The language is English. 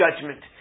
judgment